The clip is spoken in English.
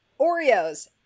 Oreos